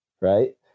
Right